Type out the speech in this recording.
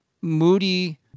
Moody